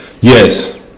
Yes